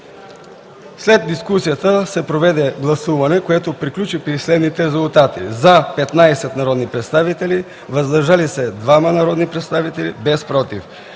След дискусията се проведе гласуване, което приключи при следните резултати: „за” – 15 народни представители, „въздържали се” – 2 народни представители, без „против”.